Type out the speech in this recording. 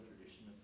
tradition